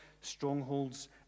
strongholds